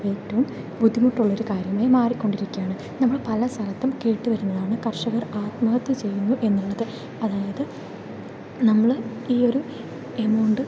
ഏറ്റവും ബുദ്ധിമുട്ടുള്ളൊരു കാര്യമായി മാറിക്കൊണ്ടിരിക്കുകയാണ് നമ്മൾ പല സ്ഥലത്തും കേട്ടു വരുന്നതാണ് കർഷകർ ആത്മഹത്യ ചെയ്യുന്നു എന്നുള്ളത് അതായത് നമ്മൾ ഈ ഒരു എമൗണ്ട്